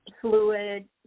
fluid